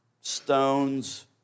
stones